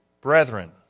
brethren